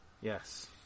Yes